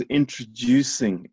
introducing